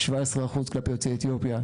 17% כלפי יוצאי אתיופיה.